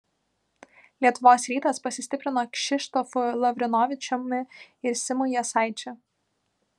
lietuvos rytas pasistiprino kšištofu lavrinovičiumi ir simu jasaičiu